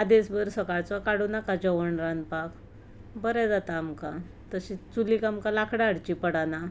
आदेस भर सकाळचो काडूं नाका जेवण रांदपाक बरें जाता आमकां तशींच चुलीक आमकां लाकडां हाडचीं पडना